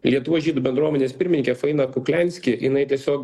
lietuvos žydų bendruomenės pirmininkė faina kuklianski jinai tiesiog